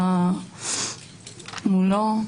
ומולו,